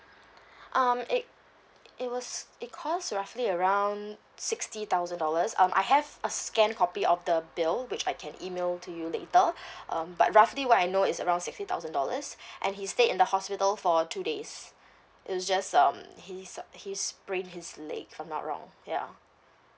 um it it was it cost roughly around sixty thousand dollars um I have a scanned copy of the bill which I can email to you later um but roughly what I know is around sixty thousand dollars and he stayed in the hospital for two days it was just um he's he sprained his leg if I'm not wrong ya